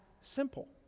simple